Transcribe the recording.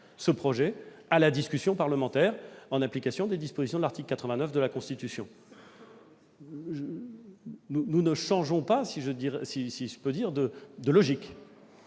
ce projet à la discussion parlementaire, en application des dispositions de l'article 89 de la Constitution. Nous ne changeons pas de logique.